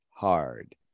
Hard